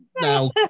now